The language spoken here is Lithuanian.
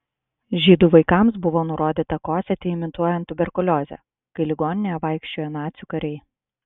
žydų vaikams buvo nurodyta kosėti imituojant tuberkuliozę kai ligoninėje vaikščiojo nacių kariai